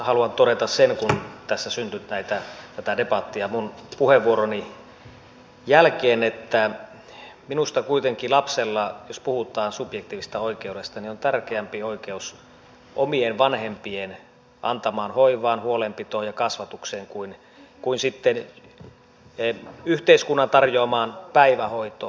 haluan todeta sen kun tässä syntyi debattia minun puheenvuoroni jälkeen että minusta kuitenkin lapsella jos puhutaan subjektiivisesta oikeudesta on tärkeämpi oikeus omien vanhempien antamaan hoivaan huolenpitoon ja kasvatukseen kuin yhteiskunnan tarjoamaan päivähoitoon